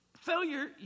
Failure